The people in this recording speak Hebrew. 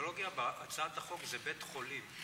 הטרמינולוגיה בהצעת החוק זה "בית חולים".